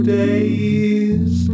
days